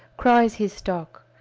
cries his stock.